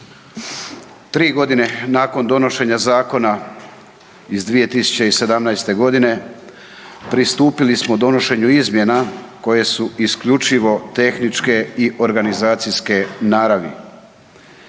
Tri godine nakon donošenja zakona iz 2017. G. pristupili smo donošenju izmjena koja su isključivo tehničke i organizacijske naravi.